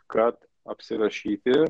kad apsirašyti